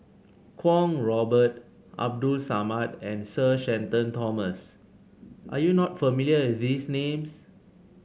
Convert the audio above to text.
Kwong Robert Abdul Samad and Sir Shenton Thomas are you not familiar with these names